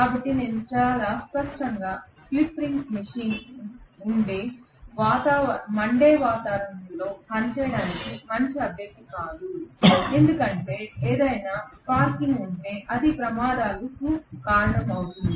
కాబట్టి చాలా స్పష్టంగా స్లిప్ రింగ్ మెషీన్ మండే వాతావరణంలో పనిచేయడానికి మంచి అభ్యర్థి కాదు ఎందుకంటే ఏదైనా స్పార్కింగ్ ఉంటే అది ప్రమాదాలు అవుతుంది